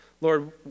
Lord